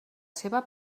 seva